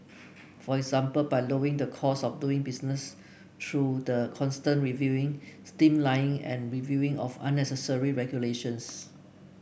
for example by lowering the cost of doing business through the constant reviewing streamlining and reviewing of unnecessary regulations